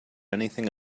anything